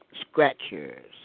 scratchers